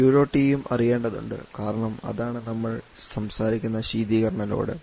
Q dot E യും അറിയേണ്ടതുണ്ട് കാരണം അതാണ് നമ്മൾ സംസാരിക്കുന്ന ശീതീകരണ ലോഡ്